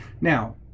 now